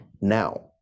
now